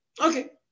Okay